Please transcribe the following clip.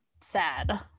sad